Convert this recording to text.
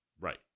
right